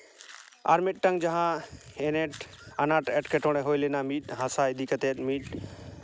ᱟᱨ ᱢᱤᱫᱴᱟᱱ ᱡᱟᱦᱟᱸ ᱤᱭᱮᱱᱮᱴ ᱟᱱᱟᱴ ᱮᱴᱠᱮᱴᱚᱬᱮ ᱦᱩᱭ ᱞᱮᱱᱟ ᱢᱤᱫ ᱦᱟᱥᱟ ᱤᱫᱤ ᱠᱟᱛᱮᱫ ᱢᱤᱫ